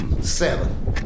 Seven